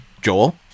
Joel